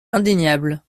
indéniable